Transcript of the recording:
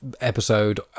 episode